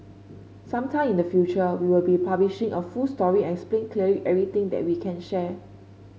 some time in the future we will be publishing a full story and explain clearly everything that we can share